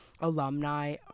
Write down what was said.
alumni